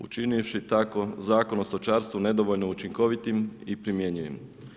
Učinivši tako Zakon o stočarstvu nedovoljno učinkovitim i primjenjivim.